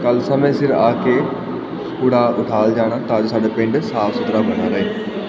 ਕੱਲ੍ਹ ਸਮੇਂ ਸਿਰ ਆ ਕੇ ਕੂੜਾ ਉਠਾ ਜਾਣਾ ਤਾਂ ਜੋ ਸਾਡੇ ਪਿੰਡ ਸਾਫ਼ ਸੁਥਰਾ ਬਣਿਆ ਰਹੇ